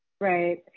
Right